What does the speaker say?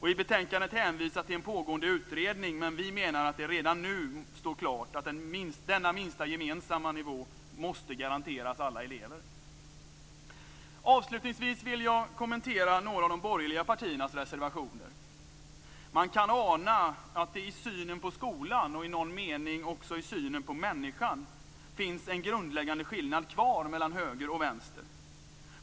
I betänkandet hänvisas till en pågående utredning, men vi menar att det redan nu står klart att denna lägsta gemensamma nivå måste garanteras alla elever. Avslutningsvis vill jag kommentera några av de borgerliga partiernas reservationer. Man kan ana att det i synen på skolan - och i någon mening också i synen på människan - finns kvar en grundläggande skillnad mellan höger och vänster.